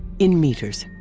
in meters.